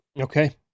Okay